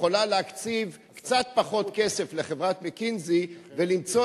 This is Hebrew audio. יכולה להקציב קצת פחות כסף לחברת "מקינזי" ולמצוא